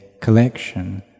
collection